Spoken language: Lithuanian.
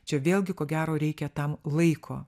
čia vėlgi ko gero reikia tam laiko